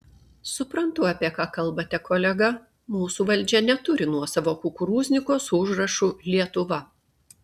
suprantu apie ką kalbate kolega mūsų valdžia neturi nuosavo kukurūzniko su užrašu lietuva